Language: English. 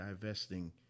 divesting